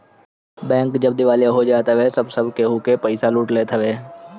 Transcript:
bank जब दिवालिया हो जात हवे तअ सब केहू के पईसा लूट लेत हवे